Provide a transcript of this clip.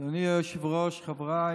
הולכים לגזור חוקים